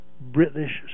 British